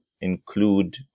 include